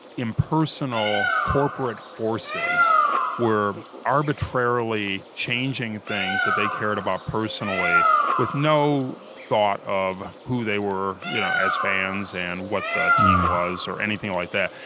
impersonal corporate forces were arbitrarily changing things that they cared about personally with no thought of who they were you know as fans and what the team was or anything like that.